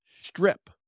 strip